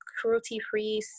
cruelty-free